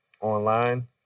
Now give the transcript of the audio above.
online